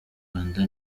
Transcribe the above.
uganda